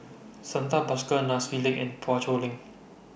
Santha Bhaskar Nai Swee Leng and Poh Chua Leng